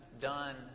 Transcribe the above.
done